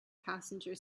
passenger